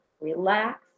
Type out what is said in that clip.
Relax